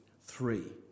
three